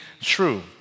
true